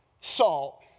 salt